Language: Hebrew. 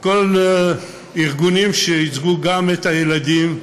כל הארגונים שייצגו, גם את הילדים,